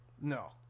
no